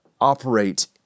operate